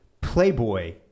playboy